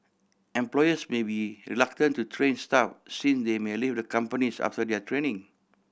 employers may be reluctant to train staff since they may leave the companies after their training